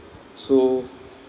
so